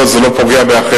כל עוד זה לא פוגע באחרים,